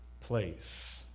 place